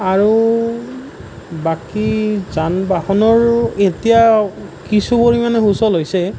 আৰু বাকী যান বাহনৰো এতিয়া কিছু পৰিমাণে সুচল হৈছে